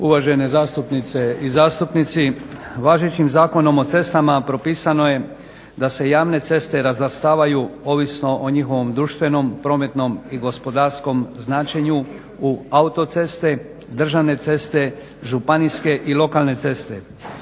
Uvažene zastupnice i zastupnici, važećim Zakonom o cestama propisano je da se javne ceste razvrstavaju ovisno o njihovom društvenom, prometnom i gospodarskom značenju u autoceste, državne ceste, županijske i lokalne ceste.